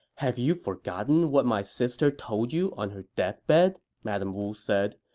have you forgotten what my sister told you on her deathbed? madame wu said.